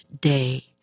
day